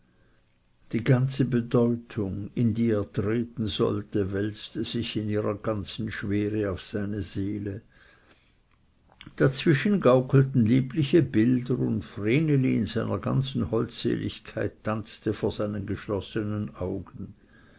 die ganze bedeutung in die er treten sollte wälzte sich in ihrer ganzen schwere auf seine seele dazwischen gaukelten liebliche bilder und vreneli in seiner ganzen holdseligkeit tanzte vor seinen geschlossenen augen